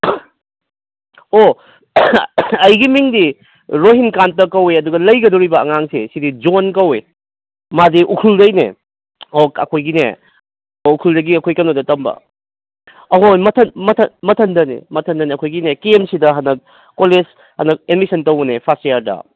ꯑꯣ ꯑꯩꯒꯤ ꯃꯤꯡꯗꯤ ꯔꯣꯍꯤꯟꯀꯥꯟꯇ ꯀꯧꯋꯦ ꯑꯗꯨꯒ ꯂꯩꯒꯗꯧꯔꯤꯕ ꯑꯉꯥꯡꯁꯦ ꯁꯤꯗꯤ ꯖꯣꯟ ꯀꯧꯋꯤ ꯃꯥꯗꯤ ꯎꯈ꯭ꯔꯨꯜꯗꯩꯅꯦ ꯑꯣ ꯑꯩꯈꯣꯏꯒꯤꯅꯦ ꯑꯣ ꯎꯈ꯭ꯔꯨꯜꯗꯒꯤ ꯑꯩꯈꯣꯏ ꯀꯩꯅꯣꯗ ꯇꯝꯕ ꯑꯍꯣꯏ ꯃꯊꯟ ꯃꯊꯟ ꯃꯊꯟꯗꯅꯦ ꯃꯊꯟꯗꯅꯦ ꯑꯩꯈꯣꯏꯒꯤꯅꯦ ꯀꯦ ꯑꯦꯝ ꯁꯤꯗ ꯍꯟꯇꯛ ꯀꯣꯂꯦꯖ ꯍꯟꯗꯛ ꯑꯦꯠꯃꯤꯁꯟ ꯇꯧꯕꯅꯦ ꯐꯥꯔꯁ ꯏꯌꯥꯔꯗ